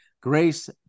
grace